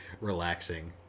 relaxing